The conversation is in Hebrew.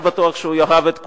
לא בטוח שהוא יאהב את כולם.